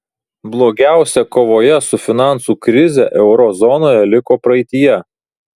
blogiausia kovoje su finansų krize euro zonoje liko praeityje